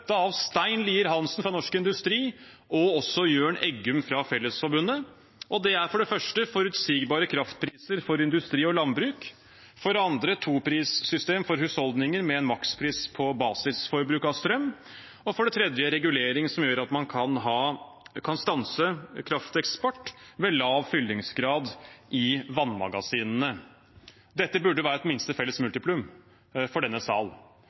av Stein Lier-Hansen i Norsk Industri og Jørn Eggum i Fellesforbundet. Det er for det første forutsigbare kraftpriser for industri og landbruk, for det andre et toprissystem for husholdninger, med en makspris på basisforbruk av strøm, og for det tredje en regulering som gjør at man kan stanse krafteksport ved lav fyllingsgrad i vannmagasinene. Dette burde være et minste felles multiplum for denne sal.